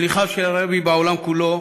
שליחיו של הרבי הם בעולם כולו,